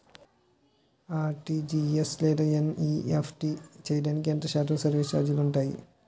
RTGS లేదా NEFT చేయడానికి ఎంత శాతం సర్విస్ ఛార్జీలు ఉంటాయి?